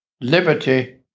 liberty